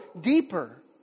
deeper